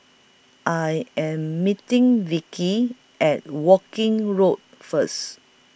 I Am meeting Vickey At Woking Road First